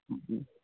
ꯎꯝꯎꯝ